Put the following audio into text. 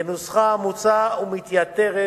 כנוסחה המוצע ומתייתרת